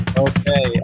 Okay